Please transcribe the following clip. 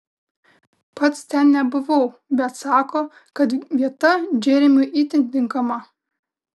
pats ten nebuvau bet sako kad vieta džeremiui itin tinkama